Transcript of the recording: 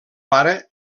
pare